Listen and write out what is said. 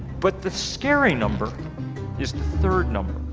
but the scary number is the third number.